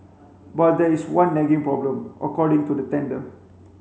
but there is one nagging problem according to the tender